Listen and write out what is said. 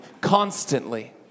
constantly